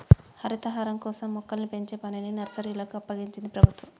హరితహారం కోసం మొక్కల్ని పెంచే పనిని నర్సరీలకు అప్పగించింది ప్రభుత్వం